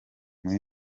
muri